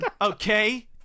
okay